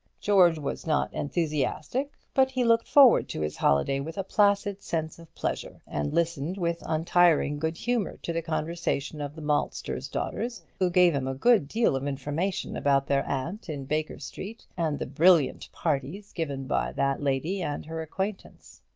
george was not enthusiastic but he looked forward to his holiday with a placid sense of pleasure, and listened with untiring good humour to the conversation of the maltster's daughters, who gave him a good deal of information about their aunt in baker street, and the brilliant parties given by that lady and her acquaintance.